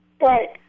Right